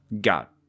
got